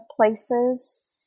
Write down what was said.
places